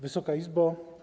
Wysoka Izbo!